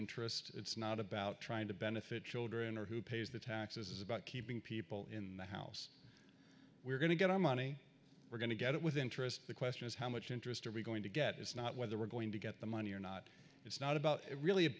interest it's not about trying to benefit children or who pays the taxes is about keeping people in the house we're going to get our money we're going to get it with interest the question is how much interest are we going to get it's not whether we're going to get the money or not it's not about it really